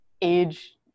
age